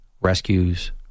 rescues